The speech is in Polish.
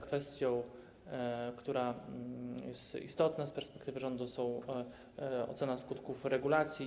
Kwestią, która jest istotna z perspektywy rządu, jest ocena skutków regulacji.